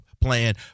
plan